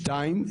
שתיים,